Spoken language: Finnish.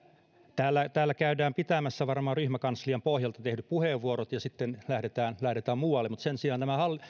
täällä täällä käydään pitämässä varmaan ryhmäkanslian pohjista tehdyt puheenvuorot ja sitten lähdetään muualle mutta sen sijaan